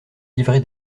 livré